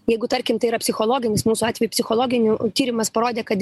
jeigu tarkim tai yra psichologinis mūsų atveju psichologinių tyrimas parodė kad